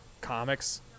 comics